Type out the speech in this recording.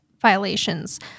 violations